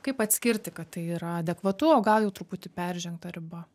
kaip atskirti kad tai yra adekvatu o gal jau truputį peržengta riba